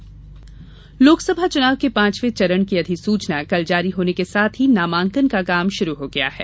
नामांकन लोकसभा चुनाव के पांचवे चरण की अधिसूचना कल जारी होने के साथ ही नामांकन का काम शुरू हो गया है